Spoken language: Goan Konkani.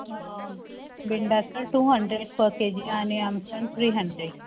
भिंडा साल two hundred per K G आनी आमटान त्री हंड्रेड